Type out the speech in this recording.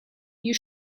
you